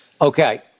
Okay